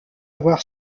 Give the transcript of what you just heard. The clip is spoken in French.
avoir